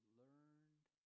learned